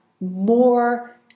more